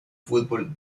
fútbol